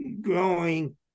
growing